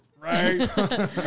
Right